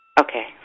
Okay